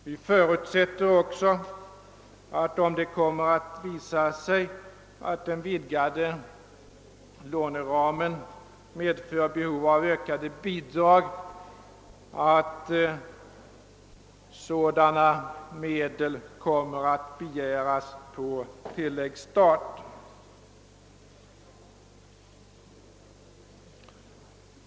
Vi förutsätter också att medel kommer att begäras på tillläggsstat, om det visar sig att vidgningen av låneramen medför behov av ökade bidrag.